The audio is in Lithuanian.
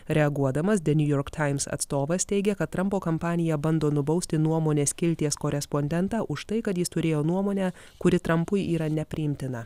reaguodamas the new york times atstovas teigia kad trampo kampanija bando nubausti nuomonės skilties korespondentą už tai kad jis turėjo nuomonę kuri trampui yra nepriimtina